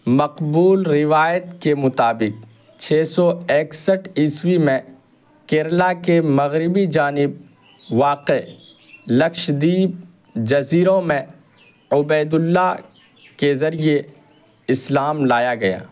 مقبول روایت کے مطابق چھ سو ایکسٹھ عیسوی میں کیرالا کے مغربی جانب واقع لکشدیپ جزیروں میں عبید اللہ کے ذریعے اسلام لایا گیا